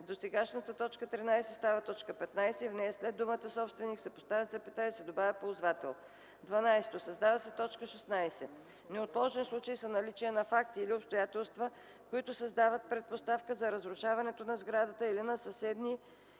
Досегашната т. 13 става т. 15 и в нея след думата „собственик” се поставя запетая и се добавя „ползвател”. 12. Създава се т. 16: „16. „Неотложен случай” са наличие на факти или обстоятелства, които създават предпоставка за разрушаването на сградата или на съседни